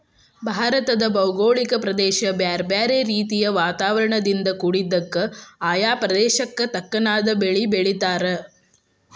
ಭಾರತದ ಭೌಗೋಳಿಕ ಪ್ರದೇಶ ಬ್ಯಾರ್ಬ್ಯಾರೇ ರೇತಿಯ ವಾತಾವರಣದಿಂದ ಕುಡಿದ್ದಕ, ಆಯಾ ಪ್ರದೇಶಕ್ಕ ತಕ್ಕನಾದ ಬೇಲಿ ಬೆಳೇತಾರ